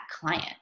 client